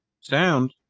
Sound